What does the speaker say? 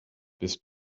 bist